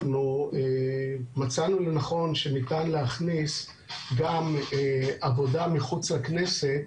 אנחנו מצאנו לנכון שניתן להכניס גם עבודה מחוץ לכנסת